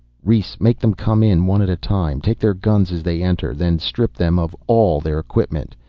rhes, make them come in one at a time. take their guns as they enter, then strip them of all their equipment.